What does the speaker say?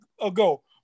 ago